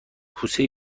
کوسه